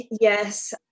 Yes